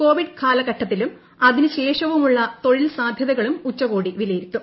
Covid കാലഘട്ടത്തിലും അതിനുശേഷമുള്ള തൊഴിൽ സാധ്യതകളും ഉച്ചകോടി വിലയിരുത്തും